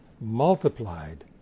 multiplied